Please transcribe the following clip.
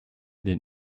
than